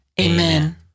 Amen